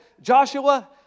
Joshua